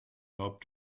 help